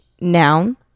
noun